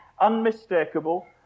unmistakable